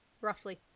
Roughly